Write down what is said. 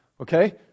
Okay